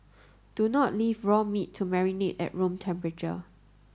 do not leave raw meat to marinate at room temperature